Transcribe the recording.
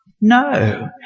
No